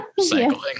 cycling